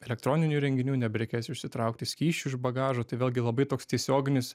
elektroninių įrenginių nebereikės išsitraukti skysčių iš bagažo tai vėlgi labai toks tiesioginis